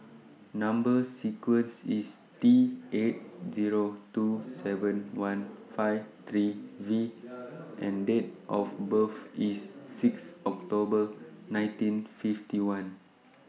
Number sequence IS T eight Zero two seven one five three V and Date of birth IS six October nineteen fifty one